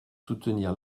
soutenir